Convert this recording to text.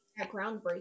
groundbreaking